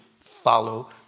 follow